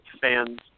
fans